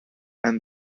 and